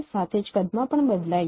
સાથે જ કદમાં પણ બદલાય છે